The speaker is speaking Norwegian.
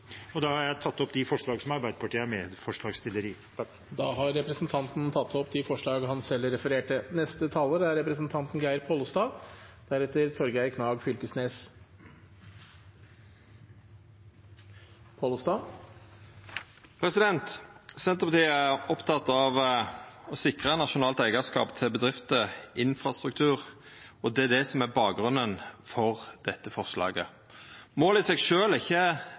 Jeg tar opp det forslaget som Arbeiderpartiet er medforslagsstiller til. Da har representanten Terje Aasland tatt opp det forslaget han refererte til. Senterpartiet er oppteke av å sikra nasjonalt eigarskap til bedrifter, infrastruktur, og det er det som er bakgrunnen for dette forslaget. Målet i seg sjølv er